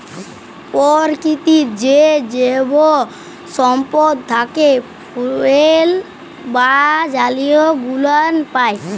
পরকিতির যে জৈব সম্পদ থ্যাকে ফুয়েল বা জালালী গুলান পাই